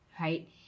right